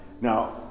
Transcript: Now